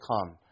come